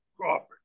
Crawford